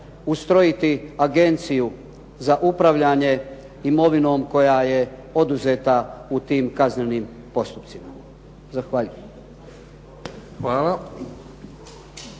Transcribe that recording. ustrojiti agenciju za upravljanje imovinom koja je oduzeta u tim kaznenim postupcima? Zahvaljujem.